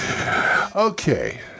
Okay